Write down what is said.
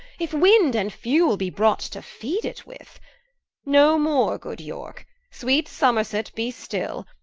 if wind and fuell be brought, to feed it with no more, good yorke sweet somerset be still.